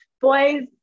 boys